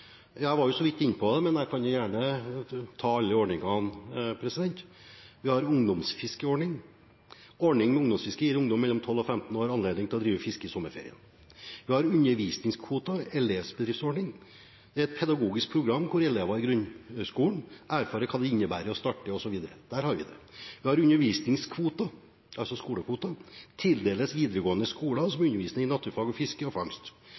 Jeg var så vidt inne på det, men jeg kan gjerne ta alle ordningene. Vi har en ungdomsfiskeordning. Ordning med ungdomsfiske gir ungdom mellom 12 og 15 år anledning til å drive fiske i sommerferien. Vi har undervisningskvoter gjennom elevbedriftsordning – det er et pedagogisk program hvor elever i grunnskolen erfarer hva det innebærer å starte med fiske osv. Vi har undervisningskvoter gjennom skolekvoter, som tildeles videregående skoler som underviser i naturfag og fiske og fangst.